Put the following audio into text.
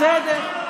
בסדר.